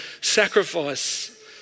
sacrifice